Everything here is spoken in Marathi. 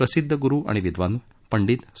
प्रसिद्ध गुरू आणि विद्वान पंडित स